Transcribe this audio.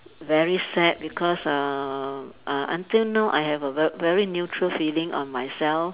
very sad because uh uh until now I have a ver~ very neutral feeling on myself